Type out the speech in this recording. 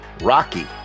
Rocky